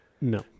No